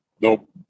Nope